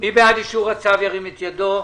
מי בעד אישור הצו ירים את ידו.